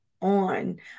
on